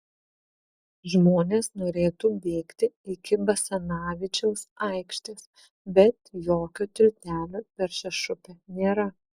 žmonės norėtų bėgti iki basanavičiaus aikštės bet jokio tiltelio per šešupę nėra